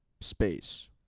space